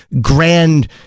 grand